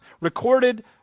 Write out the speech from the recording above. recorded